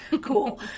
Cool